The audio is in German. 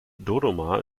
dodoma